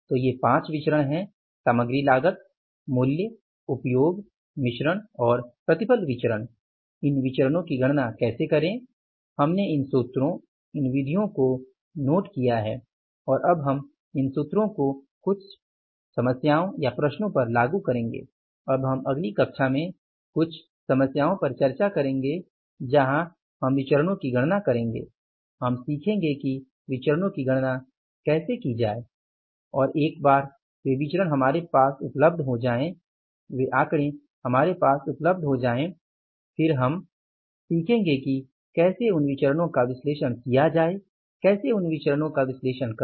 तो ये 5 विचरण हैं सामग्री लागत मूल्य उपयोग मिश्रण और प्रतिफल विचरण इन विचरणो की गणना कैसे करें हमने इन सूत्रों इन विधियों को नोट किया है और अब हम इन सूत्रों को कुछ समस्याओं पर लागू करेंगे हम अब अगली कक्षा में कुछ समस्याओं पर चर्चा करेंगे जहाँ हम विचरणों की गणना करेंगे हम सीखेंगे कि विचरणों की गणना कैसे की जाए और एक बार वे विचरण हमारे पास उपलब्ध हों जाये वे आंकड़े हमारे पास उपलब्ध हों जाये फिर हम सीखेंगे कि कैसे उन विचरणों का विश्लेषण किया जाए कैसे उन विचरणों का विश्लेषण करें